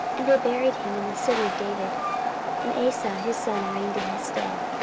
and they buried him in the city of david and asa his son reigned in his stead.